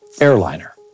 airliner